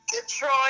Detroit